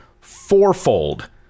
fourfold